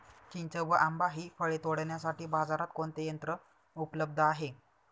चिंच व आंबा हि फळे तोडण्यासाठी बाजारात कोणते यंत्र उपलब्ध आहे?